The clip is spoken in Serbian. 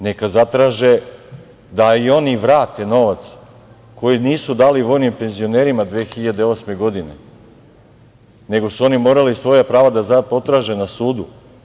Neka zatraže da im oni vrate novac koji nisu dali vojnim penzionerima 2008. godine, nego su oni morali svoja prava da zatraže na sudu.